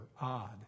odd